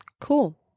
Cool